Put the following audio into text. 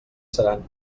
seran